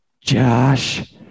Josh